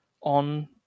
on